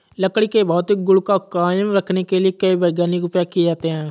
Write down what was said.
लकड़ी के भौतिक गुण को कायम रखने के लिए कई वैज्ञानिक उपाय किये जाते हैं